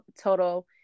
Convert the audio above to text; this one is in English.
total